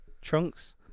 trunks